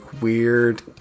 weird